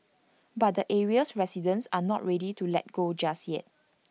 but the area's residents are not ready to let go just yet